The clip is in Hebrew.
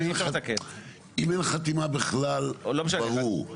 לא, אם אין חתימה בכלל, ברור.